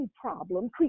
problem